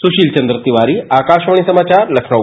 सुशील चन्द्र तिवारी आकाशवाणी समाचार लखनऊ